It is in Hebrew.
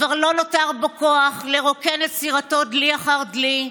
כבר לא נותר בו כוח לרוקן את סירתו דלי אחר דלי,